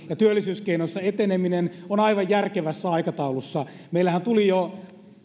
ja työllisyyskeinoissa eteneminen on aivan järkevässä aikataulussa meillähän tuli jo